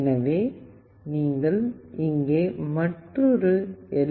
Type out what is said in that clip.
எனவே நீங்கள் இங்கே மற்றொரு எல்